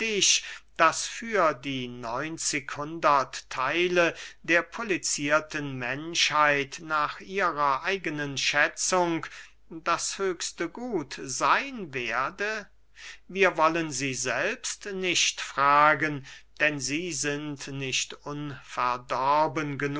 daß für die neunzig hundert theile der polizierten menschheit nach ihrer eigenen schätzung das höchste gut seyn werde wir wollen sie selbst nicht fragen denn sie sind nicht